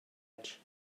edge